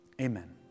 Amen